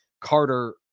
Carter